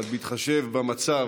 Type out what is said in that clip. אבל בהתחשב במצב,